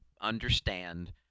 understand